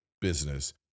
business